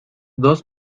dos